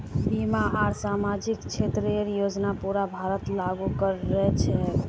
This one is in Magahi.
बीमा आर सामाजिक क्षेतरेर योजना पूरा भारतत लागू क र छेक